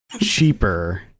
cheaper